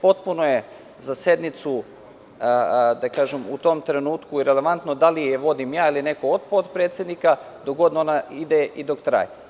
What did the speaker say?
Potpuno je za sednicu, u tom trenutku, irelevantno da li je vodim ja ili neko od potpredsednika dok god ona ide i traje.